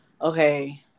okay